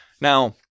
Now